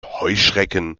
heuschrecken